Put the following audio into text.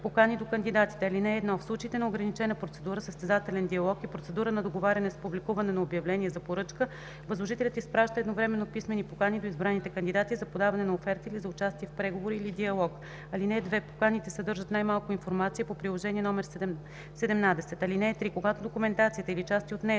„Покани до кандидатите Чл. 167. (1) В случаите на ограничена процедура, състезателен диалог и процедура на договаряне с публикуване на обявление за поръчка възложителят изпраща едновременно писмени покани до избраните кандидати за подаване на оферта или за участие в преговори или диалог. (2) Поканите съдържат най-малко информацията по приложение № 17. (3) Когато документацията или части от нея